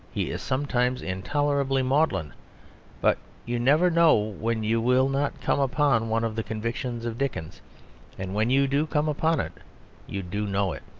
he is sometimes intolerably maudlin but you never know when you will not come upon one of the convictions of dickens and when you do come upon it you do know it.